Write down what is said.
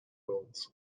roles